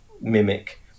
mimic